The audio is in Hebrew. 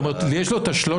זאת אומרת יש לו את ה-13,500,